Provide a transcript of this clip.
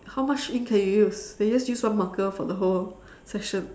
how much ink can you use they just use one marker for the whole session